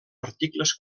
articles